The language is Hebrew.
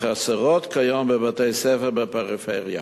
החסרות כיום בבתי-ספר בפריפריה.